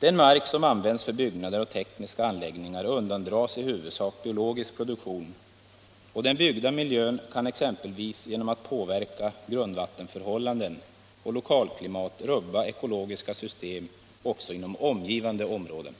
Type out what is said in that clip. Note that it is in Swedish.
Den mark som används för byggnader och tekniska anläggningar undandras i huvudsak biologisk produktion, och den byggda miljön kan exempelvis genom att påverka grundvattenförhållanden och lokalklimat rubba ekologiska system också inom omgivande områden.